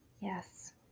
yes